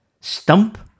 Stump